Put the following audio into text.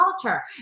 culture